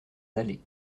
d’aller